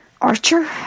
Archer